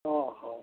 ᱦᱮᱸ ᱦᱳᱭ